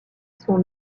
son